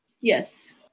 Yes